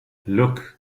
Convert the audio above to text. look